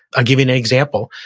i'll give you example,